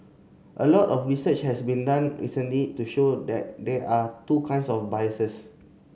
a lot of research has been done recently to show that there are two kinds of biases